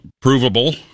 provable